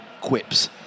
quips